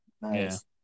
Nice